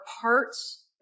parts